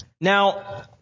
now